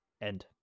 End